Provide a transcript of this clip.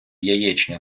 яєчня